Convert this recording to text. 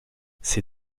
ces